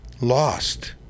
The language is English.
lost